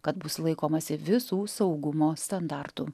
kad bus laikomasi visų saugumo standartų